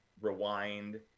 rewind